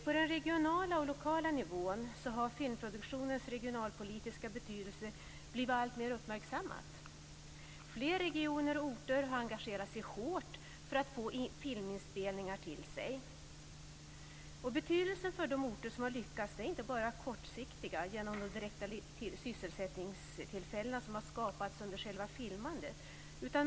På den regionala och lokala nivån har filmproduktionens regionalpolitiska betydelse blivit alltmer uppmärksammad. Flera regioner och orter har engagerat sig hårt för att få filminspelningar till sig. För de orter som har lyckats har detta inte bara betydelse på kort sikt genom de direkta sysselsättningstillfällen som skapas under själva filmandet.